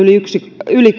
yli